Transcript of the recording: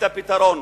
הפתרון.